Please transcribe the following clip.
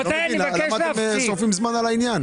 אני לא מבין למה אתם שורפים זמן על העניין.